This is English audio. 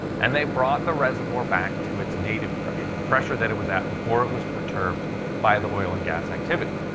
and they brought the reservoir back to it native pressure the pressure that it was at before it was perturbed by the oil and gas activity.